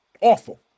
Awful